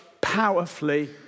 powerfully